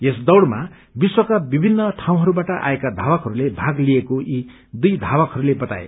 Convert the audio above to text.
यस दौड़मा विश्वका विभिन्न ठाउँहरूबाट आएका धावकहरूले भाग लिएको यी दुइ धावकहरूले बताए